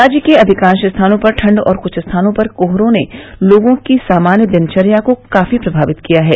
राज्य के अधिकांश स्थानों पर ठंड और कृष्ठ स्थानों पर कोहरे ने लोगों की सामान्य दिनचर्या को काफी प्रमावित किया है